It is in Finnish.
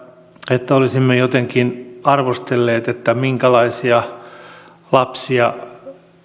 että olisimme jotenkin arvostelleet sitä minkälaisia lapsia